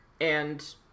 and-